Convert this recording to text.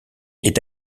est